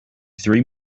three